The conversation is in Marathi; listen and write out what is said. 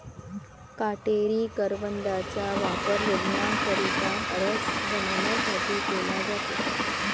काटेरी करवंदाचा वापर रूग्णांकरिता रस बनवण्यासाठी केला जातो